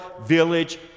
village